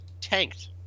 tanked